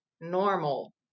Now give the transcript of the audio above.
normal